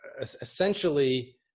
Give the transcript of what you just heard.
essentially